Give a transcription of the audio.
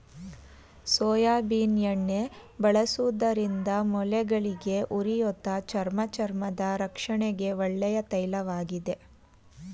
soybean ಎಣ್ಣೆ ಬಳಸುವುದರಿಂದ ಮೂಳೆಗಳಿಗೆ, ಉರಿಯೂತ, ಚರ್ಮ ಚರ್ಮದ ರಕ್ಷಣೆಗೆ ಒಳ್ಳೆಯ ತೈಲವಾಗಿದೆ